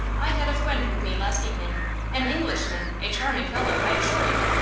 i had a fwiend with me last evening an englishman a charming fellow, i assure you.